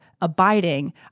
abiding